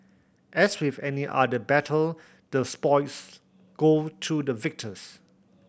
as with any other battle the spoils go to the victors